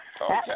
Okay